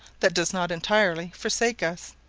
that does not entirely forsake us.